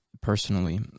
personally